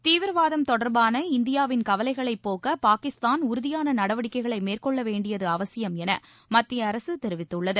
தீவிரவாதம் தொடர்பான இந்தியாவின் கவலைகளைப் போக்க பாகிஸ்தான் உறுதியான நடவடிக்கைகளை மேற்கொள்ள வேண்டியது அவசியம் என மத்திய அரசு தெரிவித்துள்ளது